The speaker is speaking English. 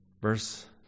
Verse